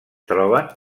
troben